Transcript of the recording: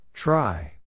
Try